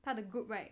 他的 group right